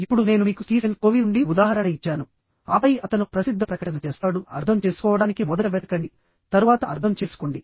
ఇప్పుడు నేను మీకు స్టీఫెన్ కోవీ నుండి ఉదాహరణ ఇచ్చాను ఆపై అతను ప్రసిద్ధ ప్రకటన చేస్తాడుః అర్థం చేసుకోవడానికి మొదట వెతకండి తరువాత అర్థం చేసుకోండి